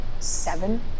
seven